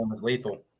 lethal